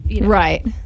right